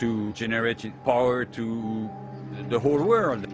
to generic power to the whole world